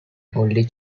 only